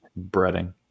breading